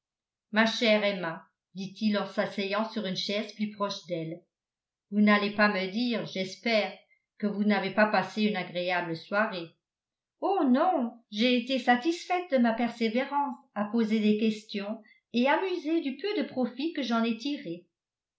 ma chère emma dit-il en s'asseyant sur une chaise plus proche d'elle vous n'allez pas me dire j'espère que vous n'avez pas passé une agréable soirée oh non j'ai été satisfaite de ma persévérance à poser des questions et amusée du peu de profit que j'en ai tiré